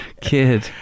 kid